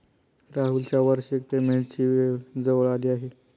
राहुलच्या वार्षिक पेमेंटची वेळ जवळ आली आहे